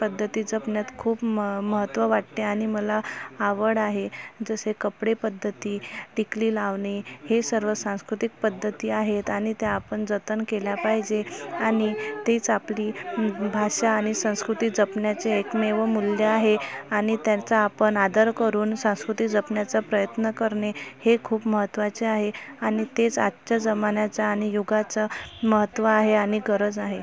पद्धती जपण्यात खूप म महत्व वाटते आणि मला आवड आहे जसे कपडे पद्धती टिकली लावणे हे सर्व सांस्कृतिक पद्धती आहेत आणि त्या आपण जतन केल्या पाहिजे आणि तीच आपली भाषा आणि संस्कृती जपण्याचे एकमेव मूल्य आहे आणि त्यांचा आपण आदर करून संस्कृती जपण्याचा प्रयत्न करणे हे खूप महत्वाचे आहे आणि तेच आजच्या जमान्याचा आणि युगाचं महत्व आहे आणि गरज आहे